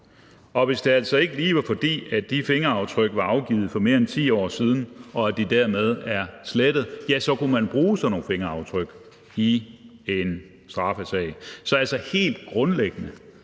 Og hvis det altså ikke lige var, fordi de fingeraftryk var afgivet for mere end 10 år siden og de dermed er slettet, ja, så kunne man bruge sådan nogle fingeraftryk i en straffesag. Så helt grundlæggende